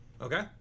Okay